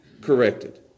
corrected